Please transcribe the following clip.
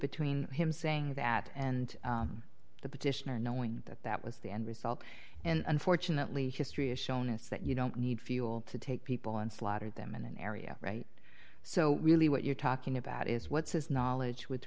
between him saying that and the petitioner knowing that that was the end result and unfortunately history has shown us that you don't need fuel to take people and slaughter them in an area right so really what you're talking about is what's his knowledge with